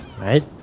Right